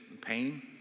pain